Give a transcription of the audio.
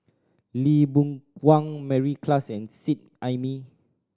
Lee Boon Wang Mary Klass and Seet Ai Mee